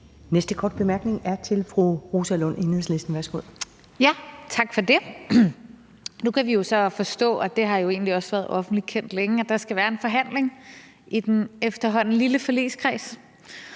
Næste korte bemærkning er til fru Rosa Lund, Enhedslisten. Værsgo. Kl. 16:02 Rosa Lund (EL): Tak for det. Nu kan vi jo så forstå, og det har egentlig også været offentligt kendt længe, at der skal være en forhandling i den efterhånden lille forligskreds.